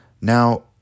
Now